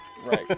Right